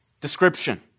description